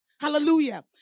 Hallelujah